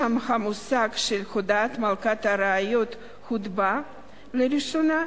שם המושג של הודאה כ"מלכת הראיות" הוטבע לראשונה,